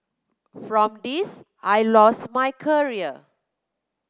from this I lost my career